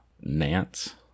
Nance